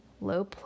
low